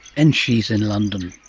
and she's in london.